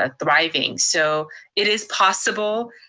ah thriving. so it is possible.